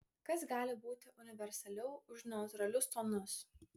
kas gali būti universaliau už neutralius tonus